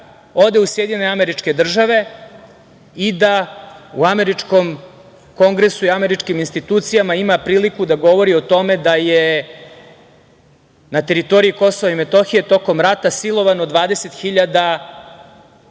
ode u SAD i da u američkom Kongresu i američkim institucijama ima priliku da govori o tome da je na teritoriji Kosova i Metohije tokom rata silovano 20 hiljadi